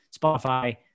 Spotify